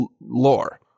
lore